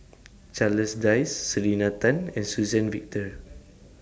Charles Dyce Selena Tan and Suzann Victor